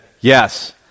yes